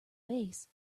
base